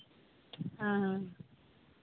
ᱦᱮᱸ ᱦᱮᱸ